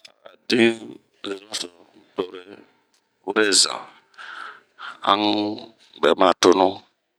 A din zeremi so un tore were zan. An un bɛ mana tonu.